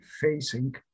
facing